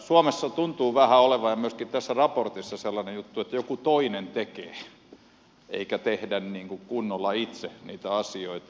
suomessa tuntuu olevan vähän niin ja myöskin tässä raportissa on sellainen juttu että joku toinen tekee eikä tehdä niin kuin kunnolla itse niitä asioita